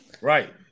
Right